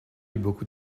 beaucoup